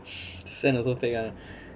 sand also fake one